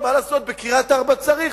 אם מישהו שם סימן שאלה על ההתיישבויות,